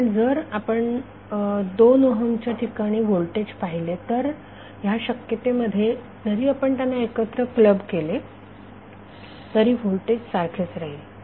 कारण जर आपण 2 ओहमच्या ठिकाणी व्होल्टेज पाहिले तर ह्या शक्यते मध्ये जरी आपण त्यांना एकत्र क्लब केले तरी व्होल्टेज सारखेच राहील